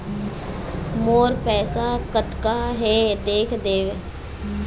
मोर पैसा कतका हे देख देव?